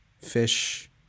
fish